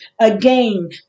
Again